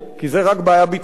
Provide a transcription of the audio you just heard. כי זאת רק בעיה ביטחונית,